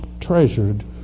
treasured